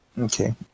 Okay